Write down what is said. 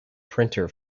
printer